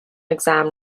exam